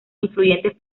influyentes